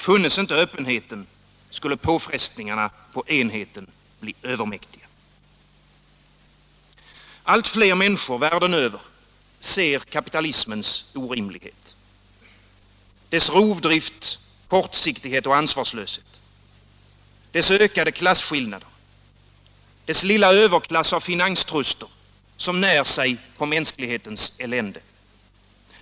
Fanns inte öppenheten skulle påfrestningarna på enheten bli övermäktiga. Allt fler människor världen över ser kapitalismens orimlighet. Dess rovdrift, kortsiktighet och ansvarslöshet. Dess ökade klasskillnader. Dess lilla överklass av finanstruster som när sig på mänsklighetens elände.